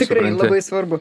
tikrai labai svarbu